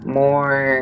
more